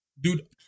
Dude